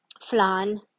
flan